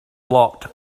locked